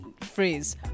phrase